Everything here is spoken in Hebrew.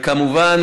וכמובן